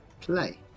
Play